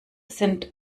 sind